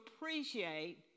appreciate